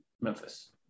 Memphis